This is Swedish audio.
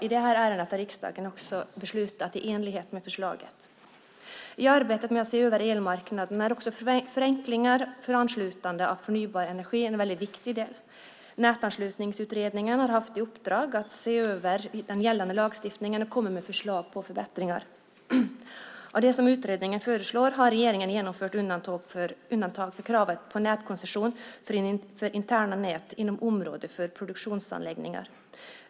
I det här ärendet har riksdagen också beslutat i enlighet med förslaget. I arbetet med att se över elmarknaden är också förenklingar för anslutande av förnybar energi en viktig del. Nätanslutningsutredningen har haft i uppdrag att se över den gällande lagstiftningen och komma med förslag på förbättringar. Av det som utredningen föreslår har regeringen genomfört undantag för kravet på nätkoncession för interna nät inom området för produktionsanläggningar.